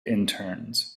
interns